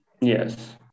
Yes